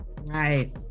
Right